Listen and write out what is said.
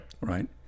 Right